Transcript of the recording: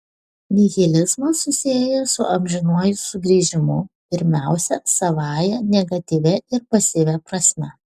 nihilizmas susijęs su amžinuoju sugrįžimu pirmiausia savąja negatyvia ir pasyvia prasme